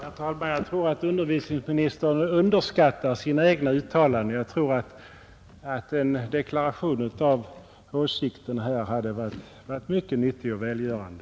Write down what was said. Herr talman! Jag tror att utbildningsministern underskattar sina egna uttalanden — en deklaration beträffande hans åsikt hade säkerligen varit mycket nyttig och välgörande.